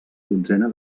dotzena